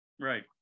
Right